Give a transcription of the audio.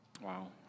wow